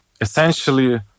essentially